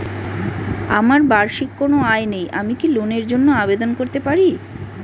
আমার বার্ষিক কোন আয় নেই আমি কি লোনের জন্য আবেদন করতে পারি?